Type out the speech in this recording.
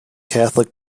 catholic